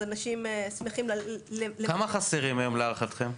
אז אנשים שמחים למלא --- כמה אנשים חסרים היום להערכתכם?